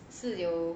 是有